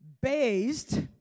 based